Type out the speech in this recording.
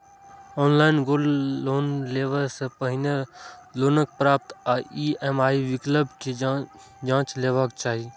online gold loan लेबय सं पहिने लोनक पात्रता आ ई.एम.आई विकल्प कें जांचि लेबाक चाही